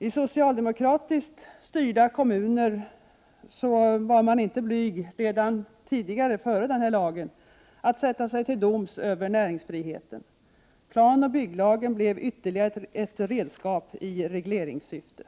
I socialdemokratiskt styrda kommuner var man redan före denna lag inte särskilt blyg när det gällde att sätta sig till doms över näringsfriheten. Planoch bygglagen | blev ytterligare ett redskap i regleringssyfte.